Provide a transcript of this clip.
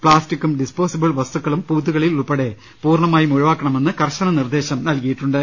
പ്ലാസ്റ്റിക്കും ഡിസ്പോസിബിൾ വസ്തുക്കളും ബൂത്തുക ളിൽ ഉൾപ്പെടെ പൂർണ്ണമായും ഒഴിവാക്കണ് മെന്ന് കർശന നിർദ്ദേശം നൽകിയിട്ടുണ്ട്